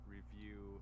Review